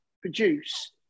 produce